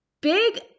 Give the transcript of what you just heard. Big